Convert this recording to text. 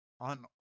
on